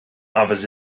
others